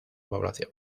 población